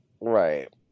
Right